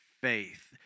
faith